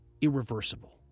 irreversible